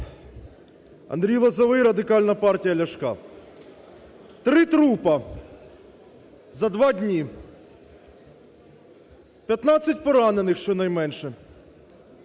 Андрій Лозовий, Радикальна партія Ляшка. Три трупа за два дні, 15 поранених щонайменше,